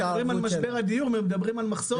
מדברים על משבר הדיור, מדברים על מחסור.